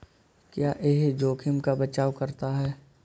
क्या यह जोखिम का बचाओ करता है?